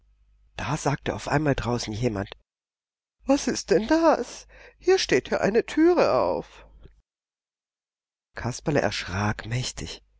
da sagte auf einmal draußen jemand was ist denn das hier steht ja eine türe auf kasperle erschrak mächtig